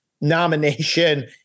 nomination